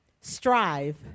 strive